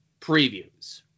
previews